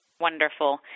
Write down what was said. Wonderful